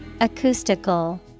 Acoustical